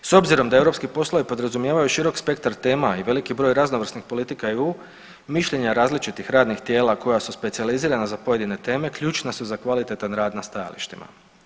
S obzirom da europski poslovi podrazumijevaju širok spektar tema i velik broj raznovrsnih politika EU, mišljenja različitih radnih tijela koja su specijalizirana za pojedine teme ključna su za kvalitetan rad na stajalištima.